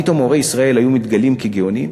פתאום מורי ישראל היו מתגלים כגאונים,